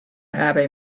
happy